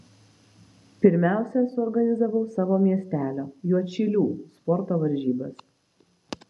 pirmiausia suorganizavau savo miestelio juodšilių sporto varžybas